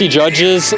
judges